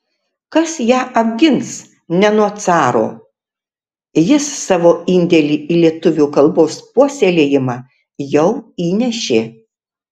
kas ją apgins ne nuo caro jis savo indėlį į lietuvių kalbos puoselėjimą jau įnešė